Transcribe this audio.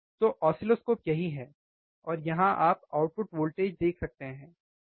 तो ऑसिलोस्कोप यहीं है और यहाँ आप आउटपुट वोल्टेज देख सकते हैं ठीक